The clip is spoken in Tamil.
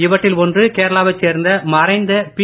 இவற்றில் ஒன்று கேரளா வைச் சேர்ந்த மறைந்த பி